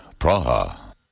Praha